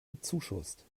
bezuschusst